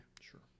Sure